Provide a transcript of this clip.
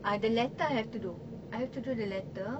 ah the letter I have to do I have to do the latter